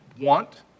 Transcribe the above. want